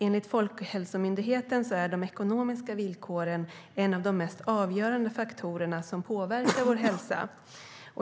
Enligt Folkhälsomyndigheten är de ekonomiska villkoren en av de mest avgörande faktorerna som påverkar vår hälsa.